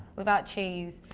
without cheese?